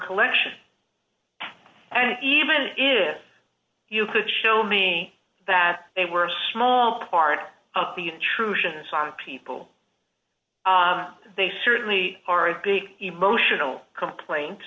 collection and even if you could show me that they were small part of the intrusions on people they certainly are a big emotional complaint